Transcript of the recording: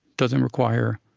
doesn't require